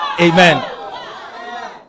Amen